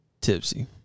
tipsy